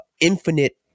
infinite